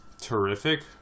terrific